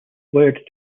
wired